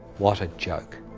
what a joke.